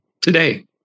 today